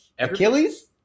Achilles